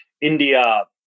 India